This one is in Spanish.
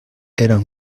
eran